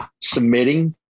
submitting